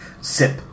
Sip